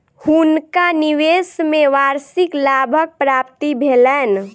हुनका निवेश में वार्षिक लाभक प्राप्ति भेलैन